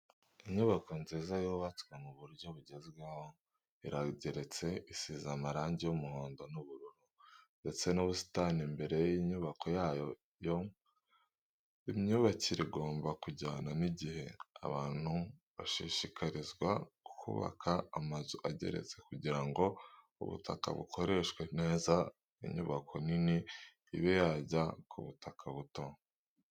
Inyubako nziza yubatswe mu buryo bugezweho irageretse isize amarangi y'umuhondo n'ubururu, ndetse n'ubusitani imbere n'inyuma yayo. Imyubakire igomba kujyana n'igihe, abantu bashishikarizwa kubaka amazu ageretse kugira ngo ubutaka bukoreshwe neza inyubako nini ibe yajya ku butaka buto.